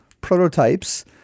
prototypes